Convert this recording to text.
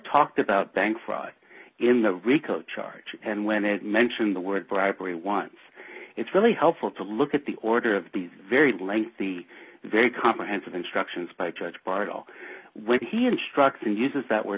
talked about bank fraud in the rico charge and when it mentioned the word bribery once it's really helpful to look at the order of these very lengthy very comprehensive instructions by judge bartol when he instructs and uses that w